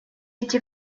эти